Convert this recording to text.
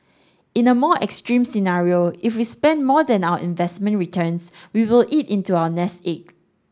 in a more extreme scenario if we spent more than our investment returns we will eat into our nest egg